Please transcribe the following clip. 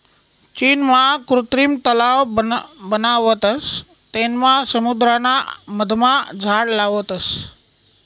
चीनमा कृत्रिम तलाव बनावतस तेनमा समुद्राना मधमा झाड लावतस